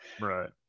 Right